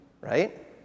Right